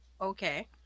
okay